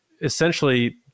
essentially